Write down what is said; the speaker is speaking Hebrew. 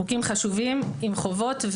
חוקים חשובים עם חובות,